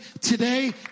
today